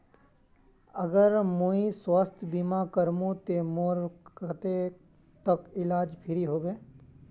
अगर मुई स्वास्थ्य बीमा करूम ते मोर कतेक तक इलाज फ्री होबे?